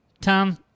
tom